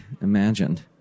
imagined